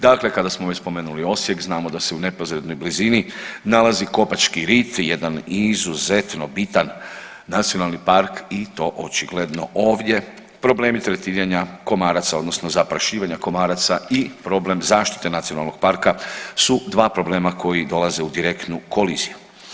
Dakle, kada smo već spomenuli Osijek znamo da se u neposrednoj blizini nalazi Kopački rit jedan izuzetno bitan nacionalni park i to očigledno ovdje problemi tretiranja komaraca odnosno zaprašivanja komaraca i problem zaštite nacionalnog parka su dva problema koji dolaze u direktnu koliziju.